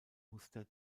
muster